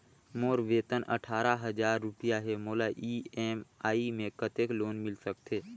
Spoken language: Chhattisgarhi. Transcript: मोर वेतन अट्ठारह हजार रुपिया हे मोला ई.एम.आई मे कतेक लोन मिल सकथे?